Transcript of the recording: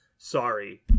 sorry